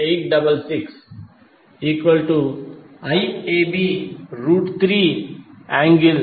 5 j0